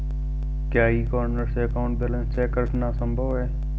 क्या e corner से account balance check करना संभव है?